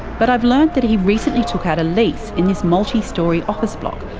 but i've learnt that he recently took out a lease in this multi-story office block,